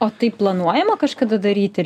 o tai planuojama kažkada daryti